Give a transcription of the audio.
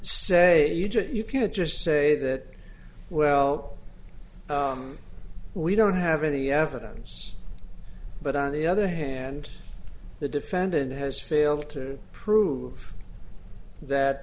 y you can't just say that well we don't have any evidence but on the other hand the defendant has failed to prove that